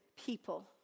people